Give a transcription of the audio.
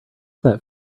that